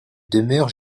demeurent